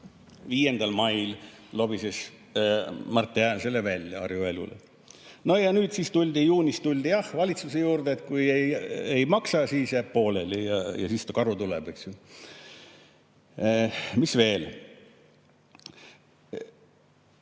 5. mail lobises Marti Hääl selle välja Harju Elule. Ja siis juunis tuldi valitsuse juurde, et kui ei maksa, siis jääb pooleli ja karu tuleb. Mis veel?